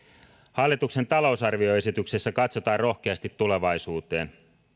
hallituksen talousarvioesityksessä katsotaan rohkeasti tulevaisuuteen